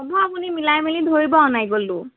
হ'ব আপুনি মিলাই মিলি ধৰিব আও নাৰিকলটো